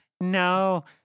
no